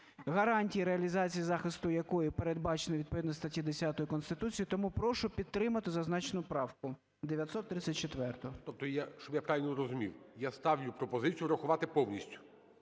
гарантії реалізації захисту якої передбачені відповідно в статті 10 Конституції, тому прошу підтримати зазначену правку – 934-у. ГОЛОВУЮЧИЙ. Тобто щоб я правильно розумів, я ставлю пропозицію врахувати повністю?